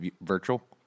virtual